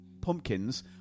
pumpkins